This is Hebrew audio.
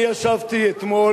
אני ישבתי אתמול,